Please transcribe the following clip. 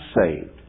saved